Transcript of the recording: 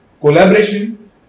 Collaboration